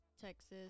Texas